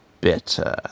bitter